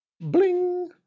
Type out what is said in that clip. Bling